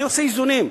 אני עושה איזונים.